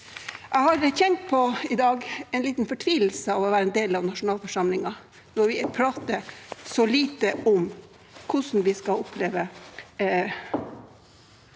i dag kjent på en liten fortvilelse over å være en del av nasjonalforsamlingen når vi prater så lite om hvordan vi skal oppleve